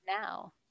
now